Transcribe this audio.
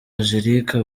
angelique